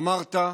אמרת,